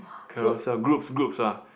Carousell groups groups ah